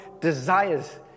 desires